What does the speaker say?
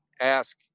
ask